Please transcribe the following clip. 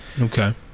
Okay